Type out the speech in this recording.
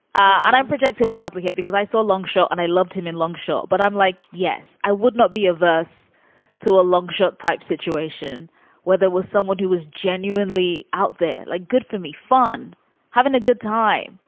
i'm projecting wildly here because i saw a long shot and i loved him in long shot. but i'm like, yes, i would not be averse to a long shot type situation where there was someone who was genuinely out there like, good for me, fun having a good time.